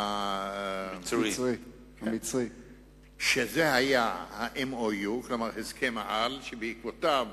המצרי, שזה היה ה-MOU, כלומר הסכם-העל, שבעקבותיו